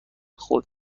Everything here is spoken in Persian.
خودم